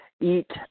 eat